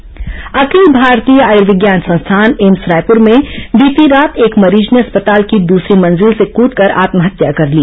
AIIMS counselling Akhil Bharatiya Ayurvigyan Sansthan AIIMS Raipur में बीती रात एक मरीज ने अस्पताल की दूसरी मंजिल से कृदकर आत्महत्या कर ली